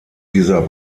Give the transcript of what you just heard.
dieser